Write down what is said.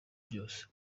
byose